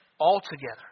Altogether